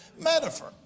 metaphor